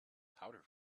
powder